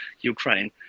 Ukraine